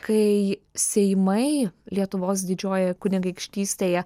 kai seimai lietuvos didžiojoje kunigaikštystėje